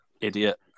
idiot